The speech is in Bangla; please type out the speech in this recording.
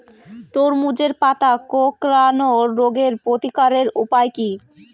তরমুজের পাতা কোঁকড়ানো রোগের প্রতিকারের উপায় কী?